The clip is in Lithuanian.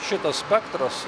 šitas spektras